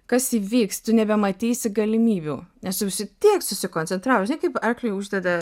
kas įvyks tu nebematysi galimybių nes tu būsi tiek susikoncentravus žinai kaip arkliui uždeda